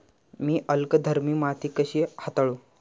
मी अल्कधर्मी माती कशी हाताळू?